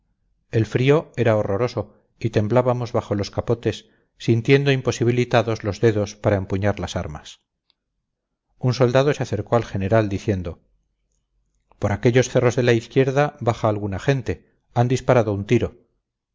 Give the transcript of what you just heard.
el frío era horroroso y temblábamos bajo los capotes sintiendo imposibilitados los dedos para empuñar las armas un soldado se acercó al general diciendo por aquellos cerros de la izquierda baja alguna gente han disparado un tiro